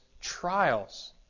trials